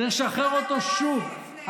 שצריך לשחרר אותו שוב.